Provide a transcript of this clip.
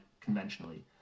conventionally